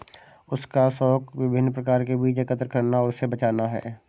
उसका शौक विभिन्न प्रकार के बीज एकत्र करना और उसे बचाना है